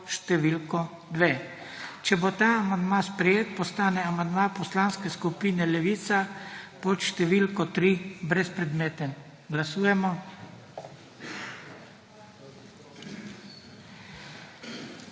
številko 2. Če bo ta amandma sprejet postane amandma Poslanske skupine Levica pod številko 3 brezpredmeten. Glasujemo.